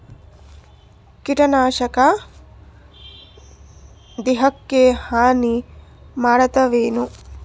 ಕೀಟನಾಶಕ ದೇಹಕ್ಕ ಹಾನಿ ಮಾಡತವೇನು?